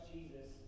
Jesus